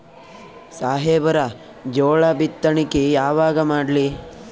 ಸಾಹೇಬರ ಜೋಳ ಬಿತ್ತಣಿಕಿ ಯಾವಾಗ ಮಾಡ್ಲಿ?